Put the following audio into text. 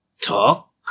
Talk